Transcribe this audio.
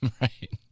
Right